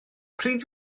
pryd